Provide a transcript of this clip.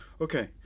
okay